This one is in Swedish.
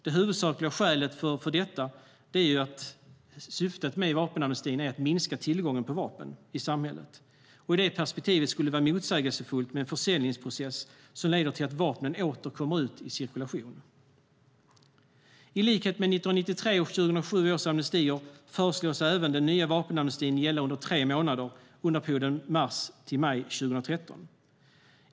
Det huvudsakliga syftet med vapenamnestin är att minska tillgången på vapen i samhället. I det perspektivet skulle det vara motsägelsefullt med en försäljningsprocess som leder till att vapnen åter kommer ut i cirkulation. I likhet med 1993 och 2007 års amnestier föreslås även den nya vapenamnestin gälla under tre månader under perioden mars till maj 2013.